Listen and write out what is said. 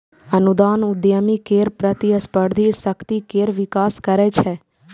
अनुदान उद्यमी केर प्रतिस्पर्धी शक्ति केर विकास करै छै